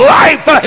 life